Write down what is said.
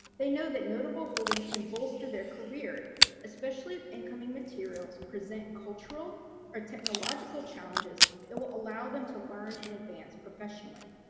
they know that notable holdings can bolster their career especially if incoming materials present cultural or technological challenges that will allow them to learn and advance professionally.